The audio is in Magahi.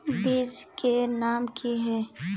बीज के नाम की है?